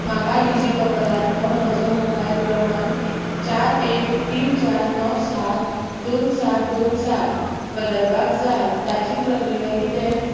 म्हाका डिजिलॉकरांतलो म्हजो मोबायल क्रमांक चार एक तीन चार णव सात दोन सात दोन सात बदलपाक जाय ताची प्रक्रिया कितें